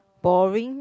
boring